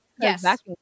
Yes